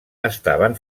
estaven